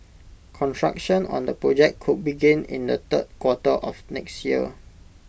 construction on the project could begin in the third quarter of next year